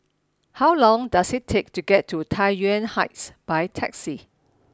how long does it take to get to Tai Yuan Heights by taxi